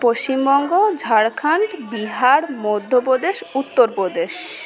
Paschimbanga Jharkhand Bihar Madhya Pradesh Uttar Pradesh